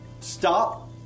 stop